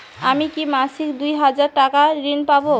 আমি কি মাসিক দুই হাজার টাকার ঋণ পাব?